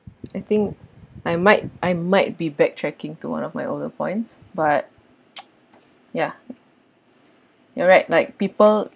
I think I might I might be back tracking to one of my older points but ya you're right like people